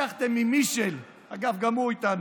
לקחתם ממישל, אגב, גם הוא איתנו,